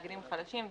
התאגידים החדשים.